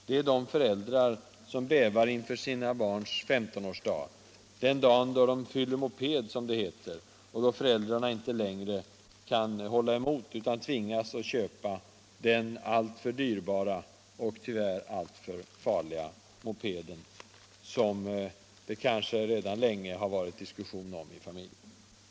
Det är de föräldrar som bävar inför sina barns 15-årsdag, den dag då de ”fyller moped”, och då föräldrarna inte längre kan hålla emot utan tvingas köpa den alltför dyrbara och tyvärr alltför farliga mopeden, som det kanske redan = Nr 20 länge varit diskussion om i familjen. Onsdagen den